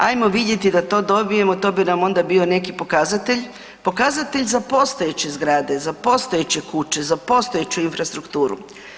Ajmo vidjeti da to dobijemo, to bi nam onda bio neki pokazatelj, pokazatelj za postojeće zgrade, za postojeće kuće, za postojeću infrastrukturu.